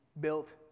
built